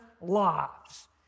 lives